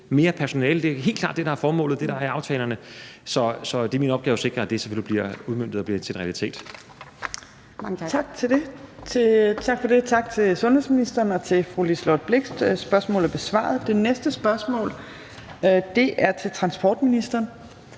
mere personale. Det er helt klart det, der er formålet, det, der er aftalerne. Så det er min opgave at sikre, at det selvfølgelig bliver udmøntet og bliver til en realitet. Kl. 15:27 Fjerde næstformand (Trine Torp): Tak for det. Tak til sundhedsministeren og til fru Liselott Blixt. Spørgsmålet er besvaret. Det næste spørgsmål (spm. nr. S 1162) er til transportministeren,